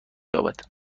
یابد